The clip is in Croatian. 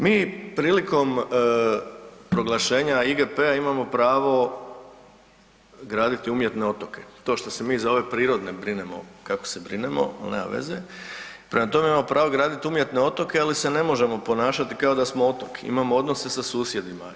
Mi prilikom proglašenja IGP-a imamo pravo graditi umjetne otoke, to što se mi za ove prirodne brinemo kako se brinemo, ali nema veze, prema tome imamo graditi umjetne otoke, ali se ne možemo ponašati kao da smo otok, imamo odnose sa susjedima.